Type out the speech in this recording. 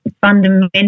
fundamental